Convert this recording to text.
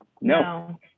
no